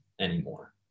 anymore